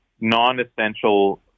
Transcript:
non-essential